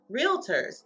realtors